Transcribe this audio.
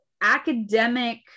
academic